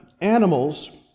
animals